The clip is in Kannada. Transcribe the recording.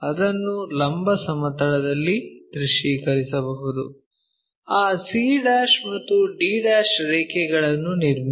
ಅದನ್ನು ಲಂಬ ಸಮತಲದಲ್ಲಿ ದೃಶ್ಯೀಕರಿಸಬಹುದು ಆ c' ಮತ್ತು d' ರೇಖೆಗಳನ್ನು ನಿರ್ಮಿಸಿ